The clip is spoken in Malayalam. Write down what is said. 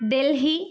ഡൽഹി